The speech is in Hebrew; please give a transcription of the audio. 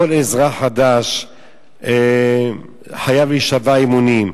כל אזרח חדש חייב להישבע אמונים.